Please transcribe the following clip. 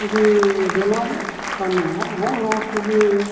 ᱜᱮ ᱵᱮᱱᱟᱣᱚᱜ ᱠᱟᱱᱟ ᱦᱚᱜᱼᱚᱸᱭ ᱱᱚᱣᱟ ᱠᱚᱜᱮ